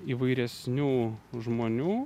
įvairesnių žmonių